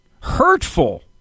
Hurtful